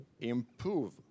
improve